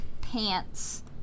Pants